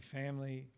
family